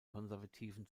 konservativen